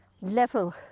level